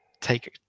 take